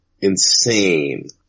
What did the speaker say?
insane